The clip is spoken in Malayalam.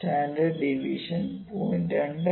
standard deviation 0